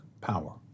power